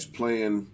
playing